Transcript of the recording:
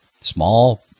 small